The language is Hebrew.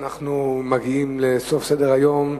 אנחנו מגיעים לסוף סדר-היום,